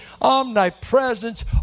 omnipresence